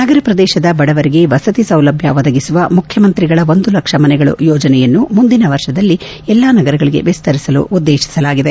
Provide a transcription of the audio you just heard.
ನಗರ ಪ್ರದೇಶದ ಬಡವರಿಗೆ ವಸತಿ ಸೌಲಭ್ಯ ಒದಗಿಸುವ ಮುಖ್ಯಮಂತ್ರಿಗಳ ಒಂದು ಲಕ್ಷ ಮನೆಗಳು ಯೋಜನೆಯನ್ತು ಮುಂದಿನ ವರ್ಷಗಳಲ್ಲಿ ಎಲ್ಲಾ ನಗರಗಳಿಗೆ ವಿಸ್ತರಿಸಲು ಉದ್ದೇಶಿಸಲಾಗಿದೆ